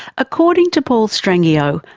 according to paul strangio,